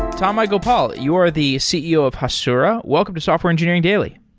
tanmai gopal, you are the ceo of hasura. welcome to software engineering daily